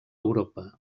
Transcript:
europa